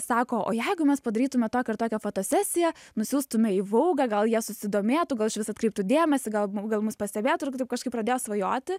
sako o jeigu mes padarytume tokią ir tokią fotosesiją nusiųstume į vougą gal jie susidomėtų gal išvis atkreiptų dėmesį galbūt gal mus pastebėtų ir taip kažkaip pradėjau svajoti